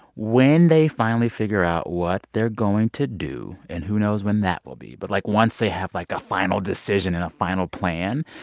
when they finally figure out what they're going to do and who knows when that will be but, like, once they have, like, a final decision and a final plan,